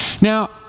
Now